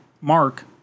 Mark